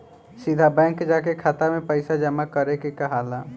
सीधा बैंक जाके खाता में पइसा जामा करे के कहाला